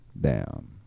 down